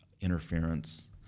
interference